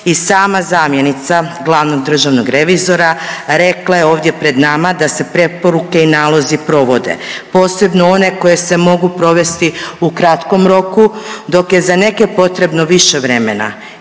I sama zamjenica glavnog državnog revizora rekla je ovdje pred nama da se preporuke i nalozi provode, posebno one koje se mogu provesti u kratkom roku dok je za neke potrebno više vremena.